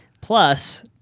Plus